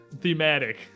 thematic